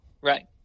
Right